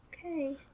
Okay